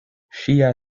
ŝia